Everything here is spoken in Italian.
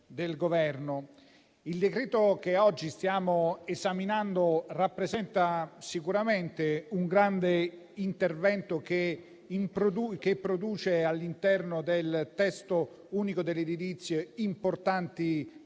provvedimento che oggi stiamo esaminando rappresenta sicuramente un grande intervento che produce all'interno del testo unico dell'edilizia importanti